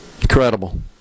incredible